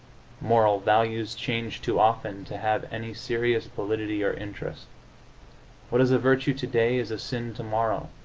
moral values change too often to have any serious validity or interest what is a virtue today is a sin tomorrow.